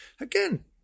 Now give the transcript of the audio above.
again